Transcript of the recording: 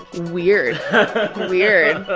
weird weird